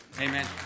Amen